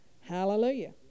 Hallelujah